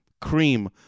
cream